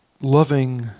Loving